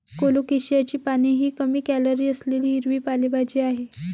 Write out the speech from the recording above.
कोलोकेशियाची पाने ही कमी कॅलरी असलेली हिरवी पालेभाजी आहे